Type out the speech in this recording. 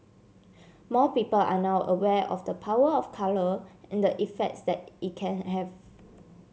more people are now aware of the power of colour and the effects that it can have